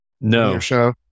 No